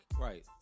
right